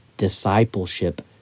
discipleship